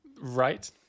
right